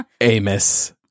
Amos